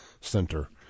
Center